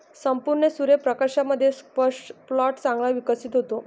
संपूर्ण सूर्य प्रकाशामध्ये स्क्वॅश प्लांट चांगला विकसित होतो